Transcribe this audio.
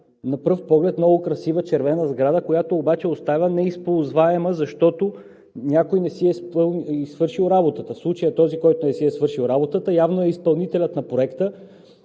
на пръв поглед много красива червена сграда, която обаче остава неизползваема, защото някой не си е свършил работата. В случая този, който не си е свършил работата, явно е изпълнителят на проекта.